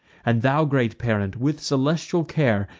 and thou, great parent, with celestial care,